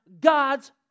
God's